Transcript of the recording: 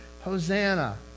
Hosanna